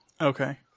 Okay